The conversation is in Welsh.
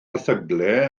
erthyglau